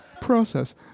process